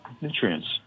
nutrients